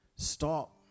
Stop